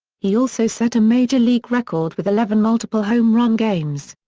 he also set a major-league record with eleven multiple-home run games.